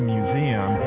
Museum